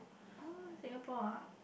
oh Singapore ah